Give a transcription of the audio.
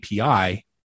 API